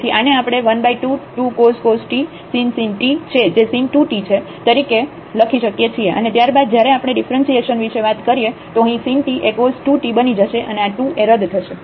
તેથી આને આપણે 122cos tsin t છે જે sin 2t છે તરીકે લખી શકીએ છીએ અને ત્યાર બાદ જયારે આપણે ડિફ્રન્સિએસન વિશે વાત કરીએ તો અહીં sin t એ cos 2 t બની જશે અને આ 2 એ રદ થશે